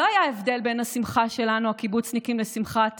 לא היה הבדל בין השמחה שלנו, הקיבוצניקים, לשמחת